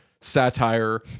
satire